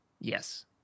Yes